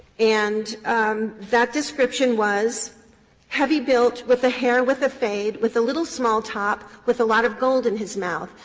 and that description was heavy built, with a hair with a fade, with a little small top, with a lot of gold in his mouth.